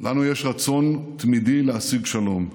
לנו יש רצון תמידי להשיג שלום,